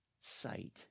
sight